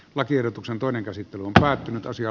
lakiehdotuksen toinen käsittely on päättynyt osia